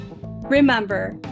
Remember